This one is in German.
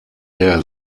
der